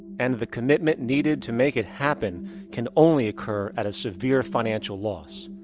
and the commitment needed to make it happen can only occur at a severe financial loss.